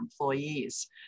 employees